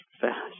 fast